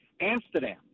Amsterdam